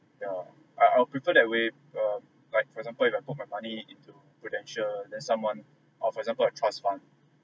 yeah I I'll prefer that way err like for example if I put my money into Prudential then someone or for example like trust fund